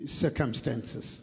circumstances